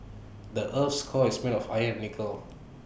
the Earth's core is made of iron and nickel